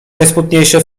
najsmutniejsze